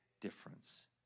difference